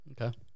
Okay